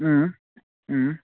उम् उम्